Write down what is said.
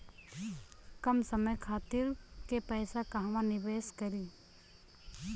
कम समय खातिर के पैसा कहवा निवेश करि?